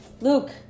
Luke